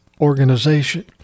organization